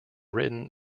written